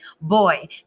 boy